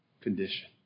condition